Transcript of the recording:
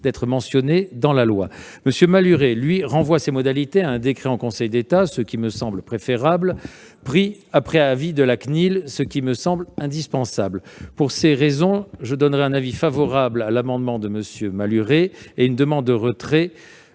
être mentionnée dans la loi. M. Malhuret, lui, renvoie ces modalités à un décret en Conseil d'État- ce qui me semble préférable -pris après avis de la CNIL- ce qui me semble indispensable. Pour ces raisons, j'émets un avis favorable sur l'amendement n° 12 rectifié , et je demande le retrait